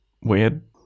weird